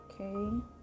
Okay